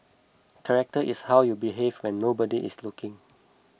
character is how you behave when nobody is looking